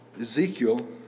Ezekiel